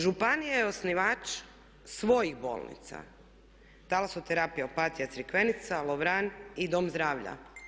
Županija je osnivač svojih bolnica, talasoterapija Opatija, Crikvenica, Lovran i dom zdravlja.